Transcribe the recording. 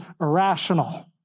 irrational